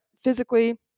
physically